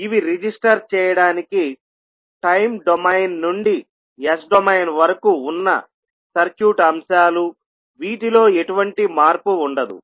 ఇవి రిజిస్టర్ చేయడానికి time domain నుండి S డొమైన్ వరకు ఉన్నసర్క్యూట్ అంశాలువీటిలో ఎటువంటి మార్పు ఉండదు